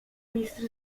mistrz